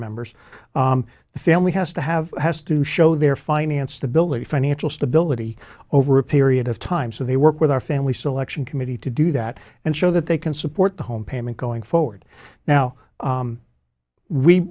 members of the family has to have has to show their financed ability financial stability over a period of time so they work with our family selection committee to do that and show that they can support the home payment going forward now